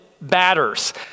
batters